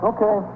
Okay